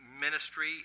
ministry